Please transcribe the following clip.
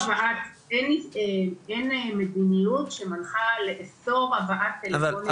אין מדיניות שמנחה לאסור הבאת טלפונים ניידים.